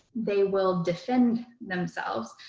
they will defend themselves,